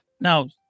now